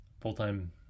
full-time